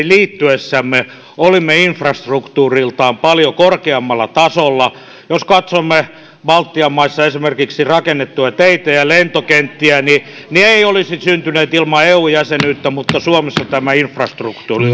liittyessämme olimme infrastruktuuriltamme paljon korkeammalla tasolla jos katsomme baltian maissa esimerkiksi rakennettuja teitä ja lentokenttiä niin ne eivät olisi syntyneet ilman eu jäsenyyttä mutta suomessa tämä infrastruktuuri